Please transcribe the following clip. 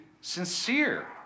sincere